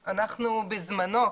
בזמנו,